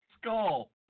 Skull